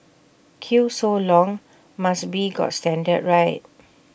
queue so long must be got standard right